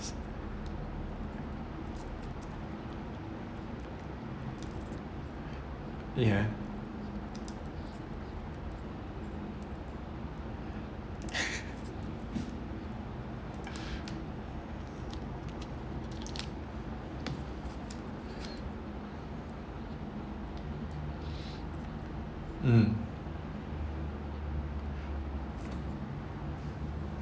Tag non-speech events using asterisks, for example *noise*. ya *laughs* mm